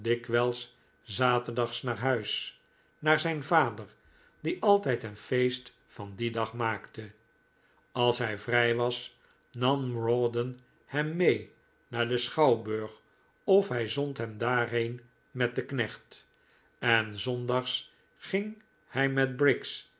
dikwijls zaterdags naar huis naar zijn vader die altijd een feest van dien dag maakte als hij vrij was nam rawdon hem mee naar den schouwburg of hij zond hem daarheen met den knecht en zondags ging hij met briggs